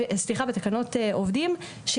תקנות עובדים,